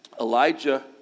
Elijah